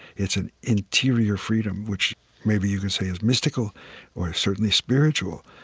it's an interior freedom, which maybe you can say is mystical or certainly spiritual,